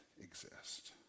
exist